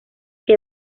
que